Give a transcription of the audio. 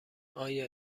آیا